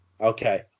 okay